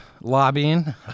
Lobbying